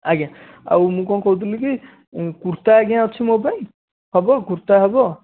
ଆଜ୍ଞା ଆଉ ମୁଁ କ'ଣ କହୁଥିଲି କି କୁର୍ତା ଆଜ୍ଞା ଅଛି ମୋ ପାଇଁ ହେବ କୁର୍ତା ହେବ